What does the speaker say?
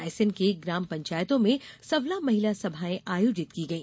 रायसेन में ग्राम पंचायतों में सबला महिला सभाएं आयोजित की गई